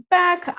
back